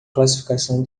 classificação